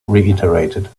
reiterated